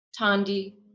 Tandi